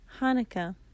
Hanukkah